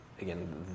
again